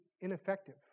ineffective